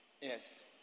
Yes